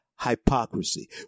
hypocrisy